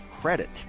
credit